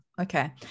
Okay